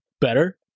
better